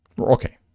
Okay